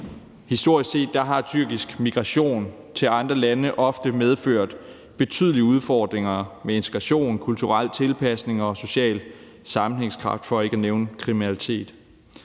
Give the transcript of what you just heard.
Historisk set har tyrkisk migration til andre lande ofte medført betydelige udfordringer med integration, kulturel tilpasning og social sammenhængskraft, for ikke at nævne kriminalitet.